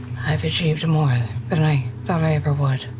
i've achieved more than i thought i ever would,